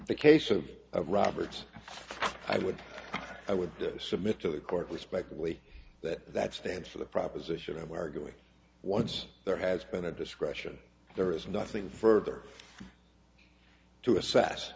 the case of roberts i would i would submit to the court respectively that that stands for the proposition of arguing once there has been a discretion there is nothing further to assess